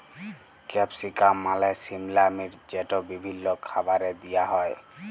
capsicum মালে সিমলা মির্চ যেট বিভিল্ল্য খাবারে দিঁয়া হ্যয়